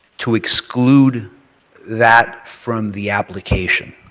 to exclude that from the application.